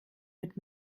wird